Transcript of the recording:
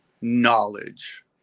knowledge